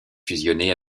fusionné